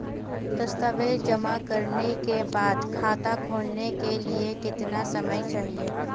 दस्तावेज़ जमा करने के बाद खाता खोलने के लिए कितना समय चाहिए?